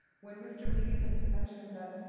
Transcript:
when mr. meade has mentioned that,